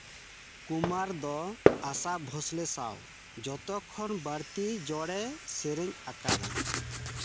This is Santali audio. ᱠᱩᱢᱟᱨ ᱫᱚ ᱟᱥᱟ ᱵᱷᱚᱥᱞᱮ ᱥᱟᱶ ᱡᱚᱛᱠᱷᱚᱱ ᱵᱟᱹᱲᱛᱤ ᱡᱚᱲᱮ ᱥᱮᱨᱮᱧ ᱟᱠᱟᱫᱟ